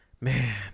man